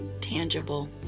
tangible